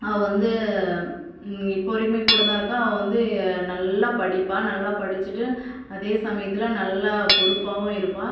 அவள் வந்து இப்போ வரைக்கும் என்கூட தான் இருக்காள் அவள் வந்து நல்லா படிப்பாள் நல்லா படித்திட்டு அதே சமயத்தில் நல்லா பொறுப்பாகவும் இருப்பாள்